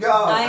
God